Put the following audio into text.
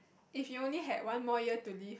if you only had one more year to live